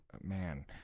man